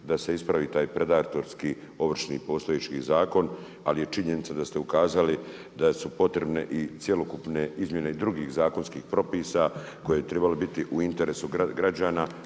da se ispravi taj predatorski ovršni postojeći zakon, ali je činjenica da ste ukazali da su potrebne i cjelokupne izmjene i drugih zakonskih propisa koje bi trebalo biti u interesu građana